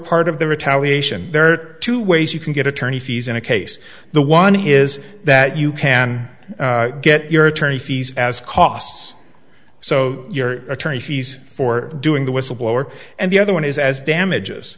part of the retaliation there are two ways you can get attorney fees in a case the one is that you can get your attorney fees as costs so your attorney fees for doing the whistleblower and the other one is as damages